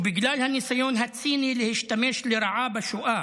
ובגלל הניסיון הציני להשתמש לרעה בשואה